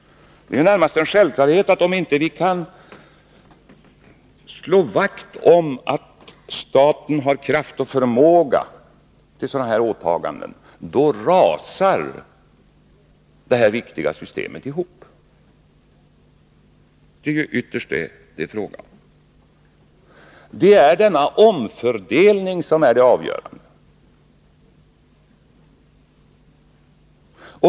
Det är ju närmast en självklarhet att om vi inte kan slå vakt om statens kraft och förmåga till sådana här åtaganden, rasar detta viktiga system ihop. Det är ytterst detta som det är fråga om. Det är denna omfördelning som är avgörande.